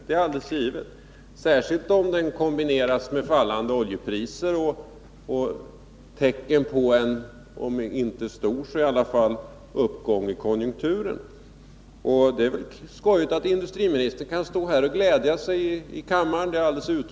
Det är alldeles givet, särskilt om den kombineras med fallande oljepriser och tecken på en, om inte stor så i alla fall märkbar uppgång i konjunkturerna. Det är alldeles utmärkt att industriministern kan stå och glädja sig här i kammaren.